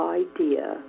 idea